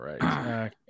right